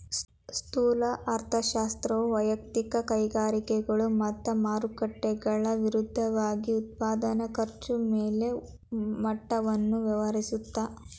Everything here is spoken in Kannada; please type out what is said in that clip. ಸ್ಥೂಲ ಅರ್ಥಶಾಸ್ತ್ರವು ವಯಕ್ತಿಕ ಕೈಗಾರಿಕೆಗಳು ಮತ್ತ ಮಾರುಕಟ್ಟೆಗಳ ವಿರುದ್ಧವಾಗಿ ಉತ್ಪಾದನೆ ಖರ್ಚು ಬೆಲೆ ಮಟ್ಟವನ್ನ ವ್ಯವಹರಿಸುತ್ತ